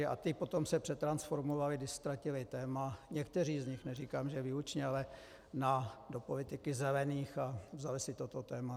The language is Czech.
A ti se potom přetransformovali, když ztratili téma, někteří z nich, neříkám, že výlučně, do politiky zelených a vzali si toto téma.